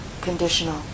conditional